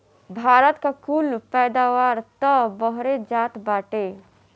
भारत का कुल पैदावार तअ बहरे जात बाटे